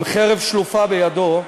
עם חרב שלופה בידו,